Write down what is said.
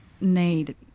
need